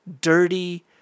dirty